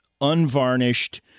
unvarnished